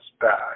back